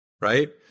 right